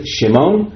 Shimon